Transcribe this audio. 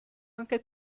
anche